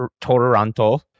Toronto